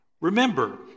remember